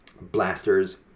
blasters